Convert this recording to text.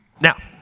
Now